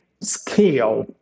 scale